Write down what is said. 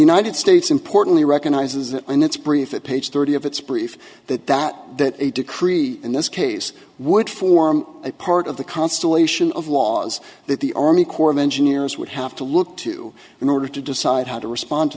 united states importantly recognizes that in its brief that page thirty of its brief that that that a decree in this case would form a part of the constellation of laws that the army corps of engineers would have to look to in order to decide how to respond to